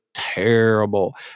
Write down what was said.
Terrible